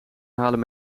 halen